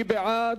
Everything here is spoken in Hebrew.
מי בעד?